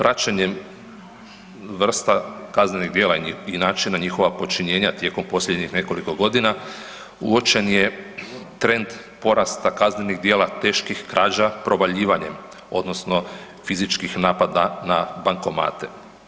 Međutim praćenjem vrsta kaznenih djela i načina njihova počinjenja tijekom posljednjih nekoliko godina, uočen je trend porasta kaznenih djela teških krađa provaljivanjem odnosno fizičkih napada na bankomate.